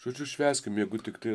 žodžiu švęskim jeigu tiktai